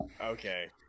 okay